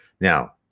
now